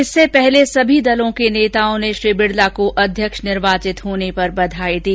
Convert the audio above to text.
इससे पहले सभी दलों के नेताओं ने बिड़ला को अध्यक्ष निर्वाचित होने पर बधाई दी